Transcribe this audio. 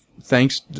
thanks